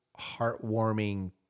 heartwarming